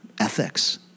ethics